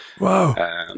Wow